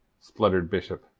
spluttered bishop,